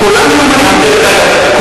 כולם היו לאומנים, דרך אגב.